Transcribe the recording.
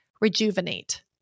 rejuvenate